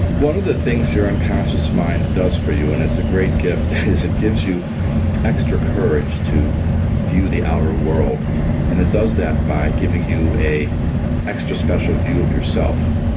one of the things your unconscious mind does for you and it's a great gift is it gives you extra courage to view the outer world and it does that by giving you an extra special view of yourself.